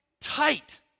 tight